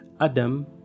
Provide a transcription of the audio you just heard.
Adam